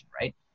Right